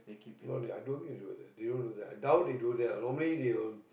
sorry i don't need they they don't do that i doubt they do that normally they will